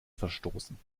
verstoßen